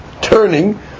turning